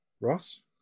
ross